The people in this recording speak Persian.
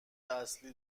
اصلی